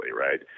Right